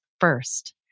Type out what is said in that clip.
first